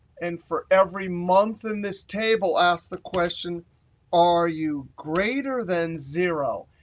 and for every month in this table ask the question are you greater than zero?